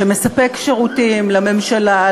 שמספק שירותים לממשלה,